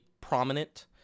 prominent